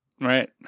right